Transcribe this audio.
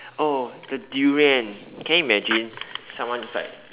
oh the durian can you imagine someone is like